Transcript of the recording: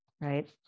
right